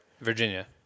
Virginia